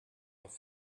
doch